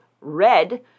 Red